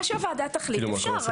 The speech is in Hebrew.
מה שהוועדה תחליט אפשר.